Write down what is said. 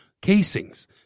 Casings